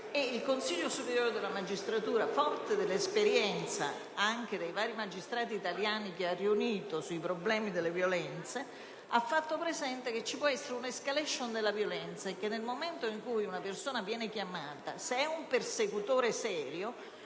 il Consiglio superiore della magistratura, forte dell'esperienza anche di vari magistrati italiani, che ha riunito per affrontare il problema delle violenze, ha fatto presente che ci può essere un'*escalation* della violenza: nel momento in cui una persona viene chiamata, se è un persecutore serio,